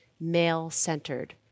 male-centered